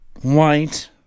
White